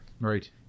Right